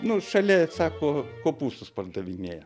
nu šalia sako kopūstus pardavinėja